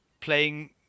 playing